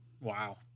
Wow